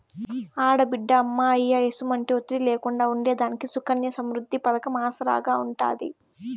ఆడబిడ్డ అమ్మా, అయ్య ఎసుమంటి ఒత్తిడి లేకుండా ఉండేదానికి సుకన్య సమృద్ది పతకం ఆసరాగా ఉంటాది